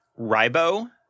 Ribo